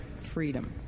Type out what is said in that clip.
freedom